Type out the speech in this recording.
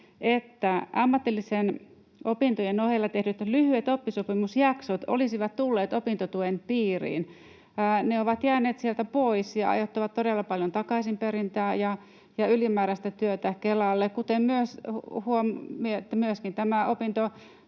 että ammatillisten opintojen ohella tehdyt lyhyet oppisopimusjaksot olisivat tulleet opintotuen piiriin. Ne ovat jääneet sieltä pois ja aiheuttavat todella paljon takaisinperintää ja ylimääräistä työtä Kelalle, kuten myöskin nämä opintotuen